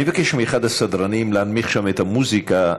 אני מבקש מאחד הסדרנים להנמיך שם את המוזיקה.